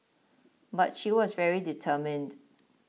but she was very determined